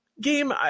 Game